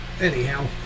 Anyhow